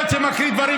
אנחנו היינו באופוזיציה.